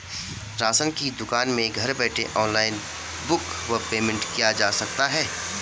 Ration की दुकान में घर बैठे ऑनलाइन बुक व पेमेंट किया जा सकता है?